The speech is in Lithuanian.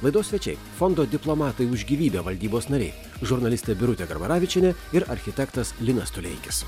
laidos svečiai fondo diplomatai už gyvybę valdybos nariai žurnalistė birutė garbaravičienė ir architektas linas tuleikis